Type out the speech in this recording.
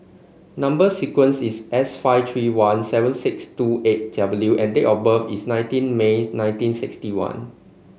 number sequence is S five three one seven six two eight W and date of birth is nineteen May nineteen sixty one